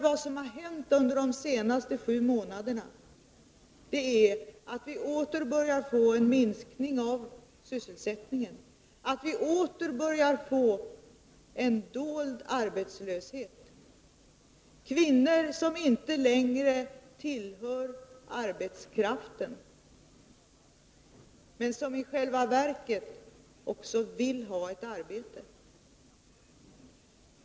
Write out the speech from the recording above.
Vad som har hänt under de senaste sju månaderna är att vi åter börjar få en minskning av sysselsättningen och en dold arbetslöshet — kvinnor som inte längre tillhör arbetskraften men som i själva verket vill ha ett arbete.